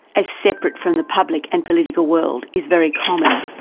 as separate from the public and political world is very common,